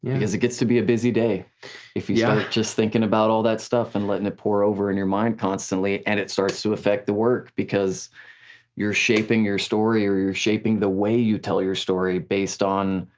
because it gets to be a busy day if you start yeah just thinking about all that stuff and letting it pour over in your mind constantly and it starts to affect the work because you're shaping your story, or you're shaping the way you tell your story, based on.